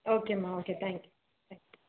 ஓகேமா okay thank you thank you